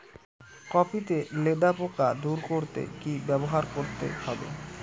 Copy তে লেদা পোকা দূর করতে কি ব্যবহার করতে হবে?